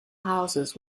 houses